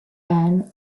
ann